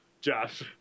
Josh